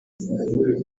kugeza